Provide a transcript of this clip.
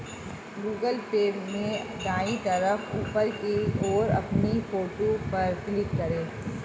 Google Pay में दाएं तरफ ऊपर की ओर अपनी फोटो पर क्लिक करें